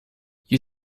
you